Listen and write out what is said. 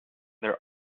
their